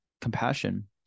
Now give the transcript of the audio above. compassion